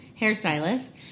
Hairstylist